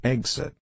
Exit